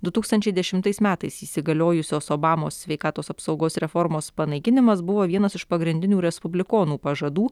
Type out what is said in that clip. du tūkstančiai dešimtais metais įsigaliojusios obamos sveikatos apsaugos reformos panaikinimas buvo vienas iš pagrindinių respublikonų pažadų